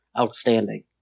outstanding